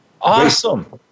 Awesome